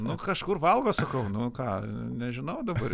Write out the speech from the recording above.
nu kažkur valgo sakau nu ką nežinau dabar